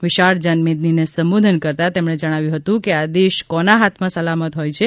વિશાળ જનમેદનીને સંબોધન કરતા તેમણે જણાવ્યું હતું કે આ દેશ કોના હાથમાં સલામત હોય છે